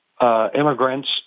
immigrants